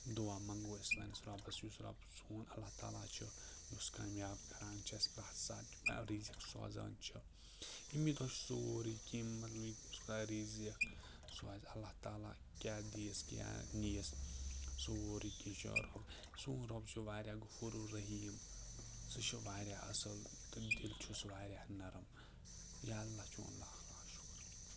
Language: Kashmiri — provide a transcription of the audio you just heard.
دُعا منٛگو أسۍ پنٛنِس رۄبَس یُس رَب سون اللہ تعالیٰ چھُ یُس کامیاب کَران چھِ اَسہِ پرٛٮ۪تھ ساتہٕ رزِق سوزان چھِ امے دۄہ چھِ سورُے کینٛہہ مطلب اُس کا رزق سُہ آسہِ اللہ تعالیٰ کیٛاہ دِیَس کیٛاہ نِیَس سورُے کینٛہہ چھُ یا رب سون رۄب چھُ واریاہ غُفورُ رحیٖم سُہ چھُ واریاہ اَصٕل تہٕ دِل چھُس واریاہ نَرم یا اللہ چون لاکھ لاکھ شکُر